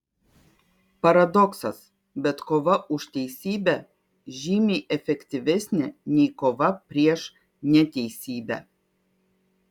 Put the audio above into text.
paradoksas bet kova už teisybę žymiai efektyvesnė nei kova prieš neteisybę